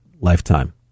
lifetime